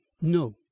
no